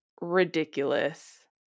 ridiculous